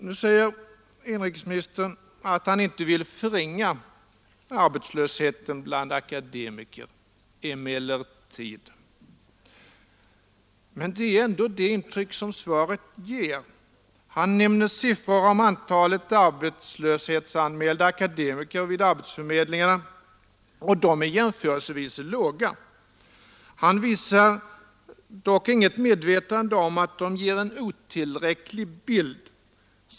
Nu säger inrikesministern att han inte ”emellertid” vill förringa arbetslösheten bland akademiker. Men det är ändå detta intryck svaret ger. Han nämner siffror om antalet arbetslöshetsanmälda akademiker vid arbetsförmedlingarna, och de är jämförelsevis låga. Han visar dock inget medvetande om att de ger en otillräcklig bild.